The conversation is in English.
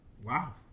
Wow